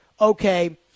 okay